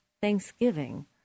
thanksgiving